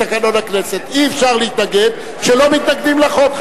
תקנון הכנסת: אי-אפשר להתנגד כשלא מתנגדים לחוק.